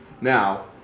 Now